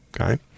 okay